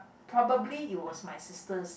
probably it was my sisters